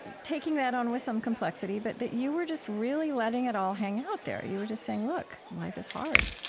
taking that on with some complexity, but that you were just really letting it all hang out there. you were just saying, look, life is hard.